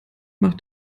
macht